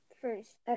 First